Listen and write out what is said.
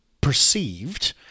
perceived